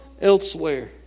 elsewhere